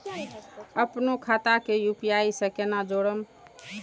अपनो खाता के यू.पी.आई से केना जोरम?